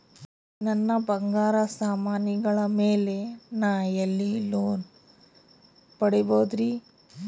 ನನ್ನ ಬಂಗಾರ ಸಾಮಾನಿಗಳ ಮ್ಯಾಲೆ ನಾ ಎಲ್ಲಿ ಲೋನ್ ಪಡಿಬೋದರಿ?